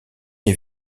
les